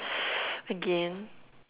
again